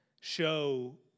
show